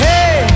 Hey